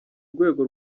rwego